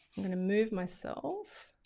i'm going to move myself